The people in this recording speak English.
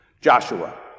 Joshua